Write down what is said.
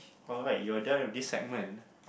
alright you are done with this segment